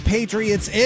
Patriots